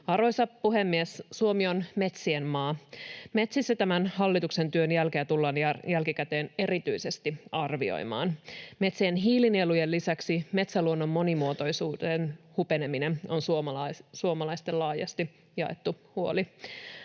Arvoisa puhemies! Suomi on metsien maa. Metsissä tämän hallituksen työn jälkeä tullaan jälkikäteen erityisesti arvioimaan. Metsien hiilinielujen lisäksi metsäluonnon monimuotoisuuden hupeneminen on suomalaisten laajasti jaettu huoli.